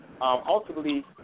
ultimately